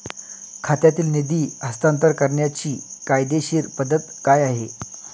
खात्यातील निधी हस्तांतर करण्याची कायदेशीर पद्धत काय आहे?